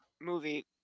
movie